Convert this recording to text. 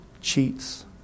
cheats